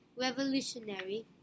revolutionary